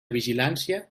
vigilància